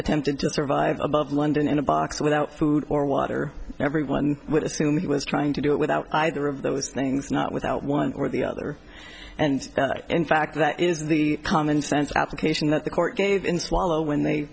survive above london in a box without food or water everyone would assume he was trying to do it without either of those things not without one or the other and in fact that is the commonsense application that the court gave in swallow when they